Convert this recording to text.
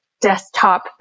desktop